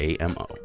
AMO